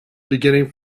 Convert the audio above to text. beginning